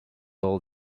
all